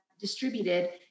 distributed